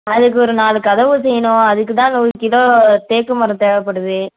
அதுக்கு ஒரு நாலு கதவு செய்யணும் அதுக்குதான் நூறு கிலோ தேக்கு மரம் தேவைப்படுது